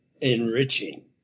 enriching